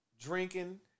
drinking